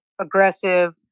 aggressive